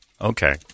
Okay